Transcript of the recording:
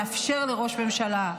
מאפשר לראש ממשלה,